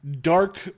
dark